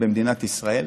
במדינת ישראל,